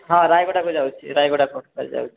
ହଁ ରାୟଗଡ଼ାକୁ ଯାଉଛି ରାୟଗଡ଼ା କୋର୍ଟକୁ କାଲି ଯାଉଛି